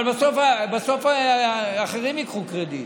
אבל בסוף אחרים ייקחו קרדיט.